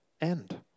end